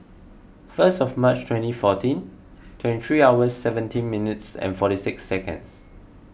first of March twenty fourteen twenty three hours seventeen minutes and forty six seconds